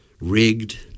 rigged